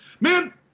Man